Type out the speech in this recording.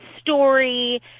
story